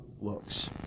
looks